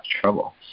trouble